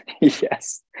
Yes